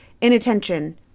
inattention